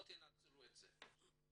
או שתנצלו את זה.